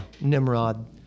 Nimrod